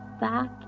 back